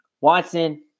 watson